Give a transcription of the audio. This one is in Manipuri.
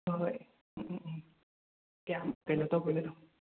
ꯍꯣꯍꯣꯏ ꯎꯝ ꯎꯝ ꯎꯝ ꯀꯌꯥꯝ ꯀꯩꯅꯣ ꯇꯧꯒꯗꯣꯏꯅꯣ